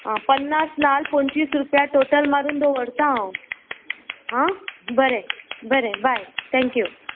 आं पन्नास नाल्ल पंचवीस रुपया टोटल मारून दवरता हांव आं बरें बरें बाय थँक्यू